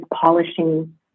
polishing